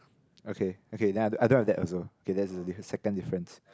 okay okay then I don't I don't have that also okay that's the second difference